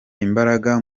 imbaraga